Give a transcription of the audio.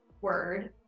Word